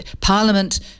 parliament